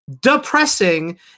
depressing